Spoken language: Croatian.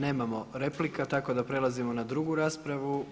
Nemamo replika tako da prelazimo na drugu raspravu.